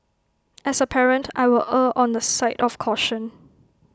as A parent I will err on the side of caution